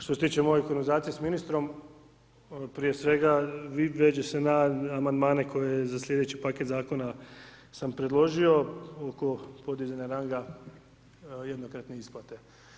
Što se tiče moje konverzacije s ministrom, prije svega, veže se na Amandmane koje je za slijedeći paket Zakona sam predložio oko podizanja ranga jednokratne isplate.